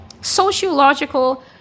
Sociological